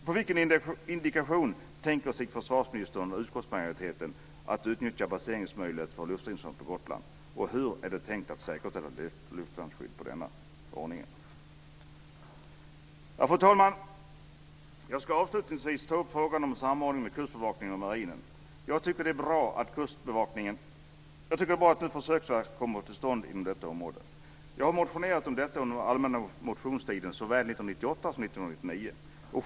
På vilken indikation tänker sig försvarsministern och utskottsmajoriteten att utnyttja baseringsmöjligheten av luftstridsförband på Gotland, och hur är det tänkt att man ska säkerställa luftvärnsskydd med denna ordning? Fru talman! Jag ska avslutningsvis ta upp frågan om samordning mellan Kustbevakningen och marinen. Jag tycker det är bra att försöksverksamhet nu kommer till stånd inom detta område. Jag har motionerat om detta under allmänna motionstiden såväl 1998 som 1999.